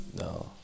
No